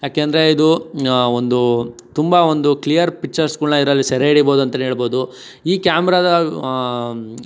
ಏಕೆಂದರೆ ಇದು ಒಂದು ತುಂಬ ಒಂದು ಕ್ಲಿಯರ್ ಪಿಕ್ಚರ್ಸ್ಗಳನ್ನ ಇದರಲ್ಲಿ ಸೆರೆ ಹಿಡಿಬೋದು ಅಂತನೇ ಹೇಳಬಹ್ದು ಈ ಕ್ಯಾಮ್ರಾದ